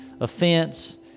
offense